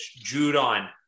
Judon